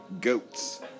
Goats